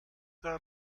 der